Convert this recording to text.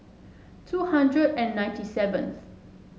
two hundred and ninety seventh